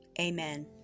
Amen